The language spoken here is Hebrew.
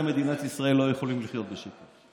מדינת ישראל לא יכולים לחיות בשקט.